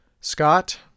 Scott